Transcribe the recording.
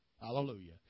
Hallelujah